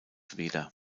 weder